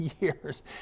years